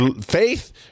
faith